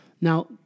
Now